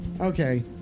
Okay